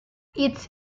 its